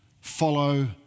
follow